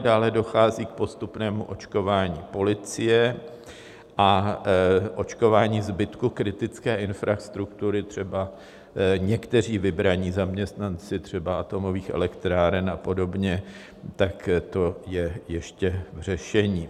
Dále dochází k postupnému očkování policie a očkování zbytku kritické infrastruktury, třeba někteří vybraní zaměstnanci, třeba atomových elektráren a podobně, tak to je ještě v řešení.